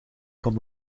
kon